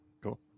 Cool